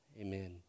amen